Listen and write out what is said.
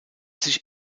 sich